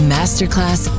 Masterclass